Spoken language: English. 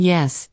Yes